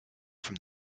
from